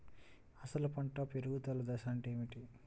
అసలు పంట పెరుగుదల దశ అంటే ఏమిటి?